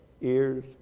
ears